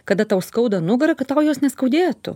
kada tau skauda nugarą kad tau jos neskaudėtų